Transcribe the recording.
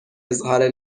اظهار